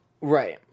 Right